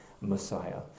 Messiah